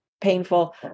painful